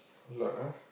a lot ah